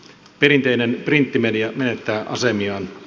perinteinen printtimedia menettää asemiaan